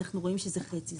אנחנו רואים שזה חצי.